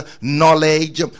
knowledge